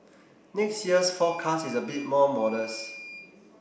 next year's forecast is a bit more modest